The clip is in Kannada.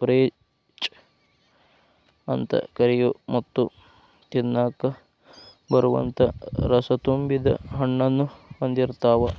ಪೇಚ್ ಅಂತ ಕರಿಯೋ ಮತ್ತ ತಿನ್ನಾಕ ಬರುವಂತ ರಸತುಂಬಿದ ಹಣ್ಣನ್ನು ಹೊಂದಿರ್ತಾವ